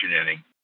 inning